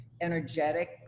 energetic